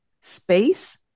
space